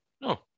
No